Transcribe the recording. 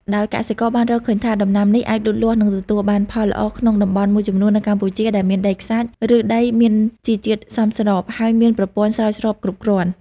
ដោយកសិករបានរកឃើញថា ដំណាំនេះអាចលូតលាស់និងទទួលបានផលល្អក្នុងតំបន់មួយចំនួននៅកម្ពុជាដែលមានដីខ្សាច់ ឬដីមានជីជាតិសមស្រប ហើយមានប្រព័ន្ធស្រោចស្រពគ្រប់គ្រាន់។